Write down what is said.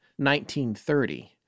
1930